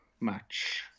match